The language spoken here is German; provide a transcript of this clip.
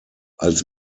als